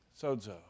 Sozo